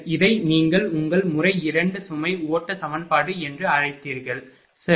இதை நீங்கள் உங்கள் முறை 2 சுமை ஓட்ட சமன்பாடு என்று அழைக்கிறீர்கள் சரி